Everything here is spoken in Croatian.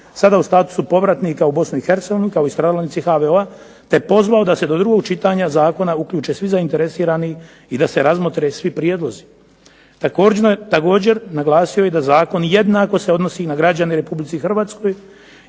sada u statusu povratnika u Bosnu i Hercegovinu kao i stradalnici HVO-a, te pozvao da se do drugog čitanja zakona uključe svi zainteresirani i da se razmotre svi prijedlozi. Također naglasio je da zakon jednako se odnosi na građane u Republici Hrvatskoj